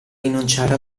rinunciare